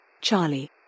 Charlie